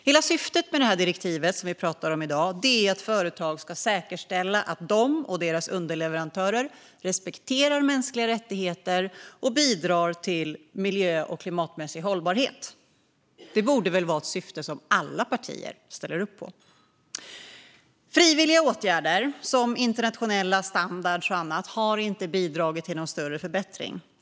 Hela syftet med det direktiv som vi pratar om i dag är att företag ska säkerställa att de och deras underleverantörer respekterar mänskliga rättigheter och bidrar till miljö och klimatmässig hållbarhet. Det borde väl vara ett syfte som alla partier ställer upp på? Frivilliga åtgärder, som internationella standarder och annat, har inte bidragit till någon större förbättring.